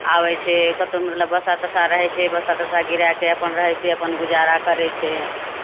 आबै छै कतहु मतलब बासा तासा रहै छै बासा तासा गिराए कऽ अपन रहै छै अपन गुजारा करै छै